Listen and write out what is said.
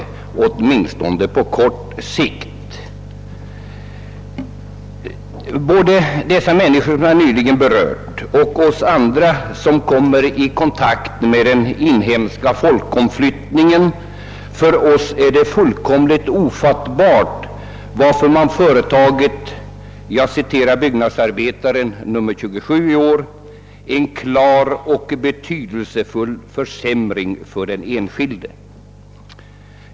Både för de människor som jag nyss berört och för oss andra, som kommer i kontakt med folkomflyttningen inom landet, är det fullständigt ofattbart att man företagit den aktuella åtgärden vilken, för att citera nr 27 av Byggnadsarbetaren detta år, innebär »en klar och betydelsefull försämring för den enskilde».